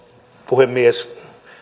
puhemies